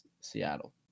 Seattle